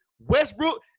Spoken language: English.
Westbrook